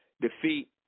defeat